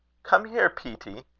come here, peetie,